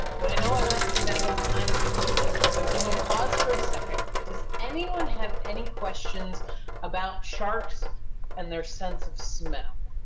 but i know i went through that one kind of quickly so we'll pause for a second. does anyone have any questions about sharks and their sense of smell?